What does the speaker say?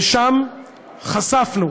ושם חשפנו